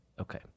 Okay